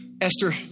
Esther